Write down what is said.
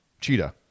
cheetah